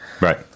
Right